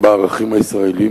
בערכים הישראליים?